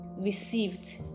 received